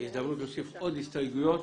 הזדמנות להוסיף עוד הסתייגויות,